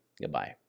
Goodbye